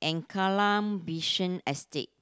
and Kallang Basin Estate